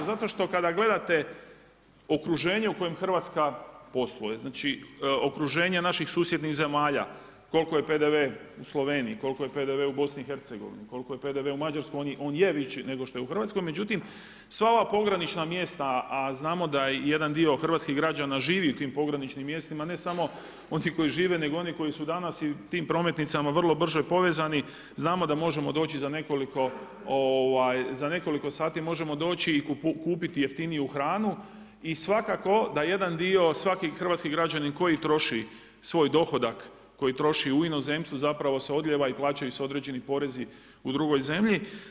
Zato što kada gledate okruženje u kojem Hrvatska posluje, znači okruženje naših susjednih zemalja, kol'ko je PDV u Sloveniji, kol'ko je PDV u Bosni i Hercegovini, kol'ko je PDV u Mađarskoj, on je viši nego što je u Hrvatskoj, međutim sva ova pogranična mjesta, a znamo da jedan dio hrvatskih građana živi u tim pograničnim mjestima, ne samo oni koji žive, nego oni koji su danas i tim prometnicama vrlo brže povezani, znamo da možemo doći za nekoliko sati i kupiti jeftiniju hranu i svakako da jedan dio, svaki hrvatski građanin koji troši svoj dohodak, koji troši u inozemstvu, zapravo se odlijeva i plaćaju se određeni porezi u drugoj zemlji.